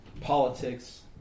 politics